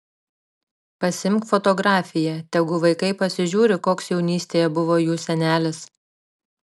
pasiimk fotografiją tegu vaikai pasižiūri koks jaunystėje buvo jų senelis